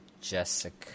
Jessica